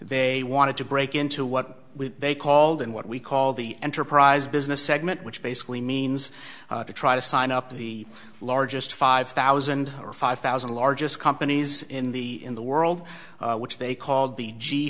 they wanted to break into what we they called in what we call the enterprise business segment which basically means to try to sign up to the largest five thousand or five thousand largest companies in the in the world which they called the g